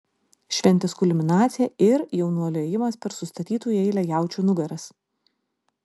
šventės kulminacija ir jaunuolio ėjimas per sustatytų į eilę jaučių nugaras